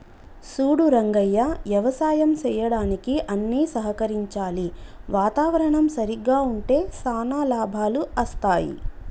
సూడు రంగయ్య యవసాయం సెయ్యడానికి అన్ని సహకరించాలి వాతావరణం సరిగ్గా ఉంటే శానా లాభాలు అస్తాయి